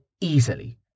Easily